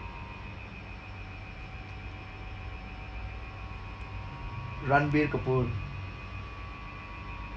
ranbir kapoor